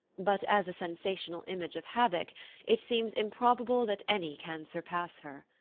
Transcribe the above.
but as a sensational image of havoc it seems improbable that any can surpass her.